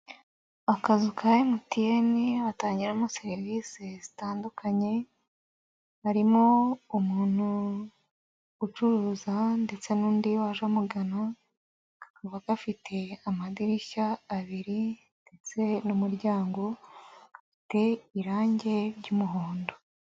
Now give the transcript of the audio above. Akazu ka MTN batangiramo serivisi zitandukanye, harimo umuntu ucuruza ndetse n'undi waje amugana kakaba gafite amadirishya abiri, ndetse n'umuryango gafite irangi ry'umuhondo.